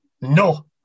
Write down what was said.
No